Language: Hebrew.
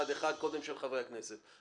קודם של חברי הכנסת.